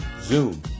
Zoom